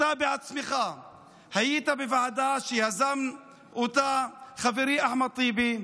אתה בעצמך היית בוועדה שיזם אותה חברי אחמד טיבי.